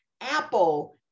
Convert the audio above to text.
Apple